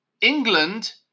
England